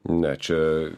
ne čia